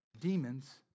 demons